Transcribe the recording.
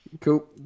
Cool